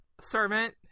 servant